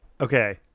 Okay